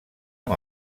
amb